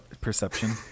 perception